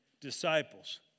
disciples